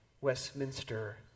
Westminster